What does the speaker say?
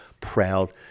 proud